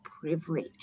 privilege